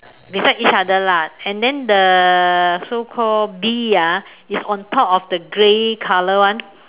beside each other lah and then the so called bee ah is on top of the grey color [one]